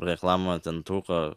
reklama ten truko